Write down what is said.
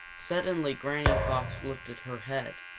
suddenly granny fox lifted her head.